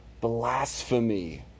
blasphemy